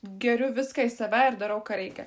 geriu viską į save ir darau ką reikia